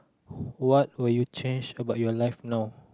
what would you change about your life now